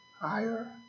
higher